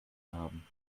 haben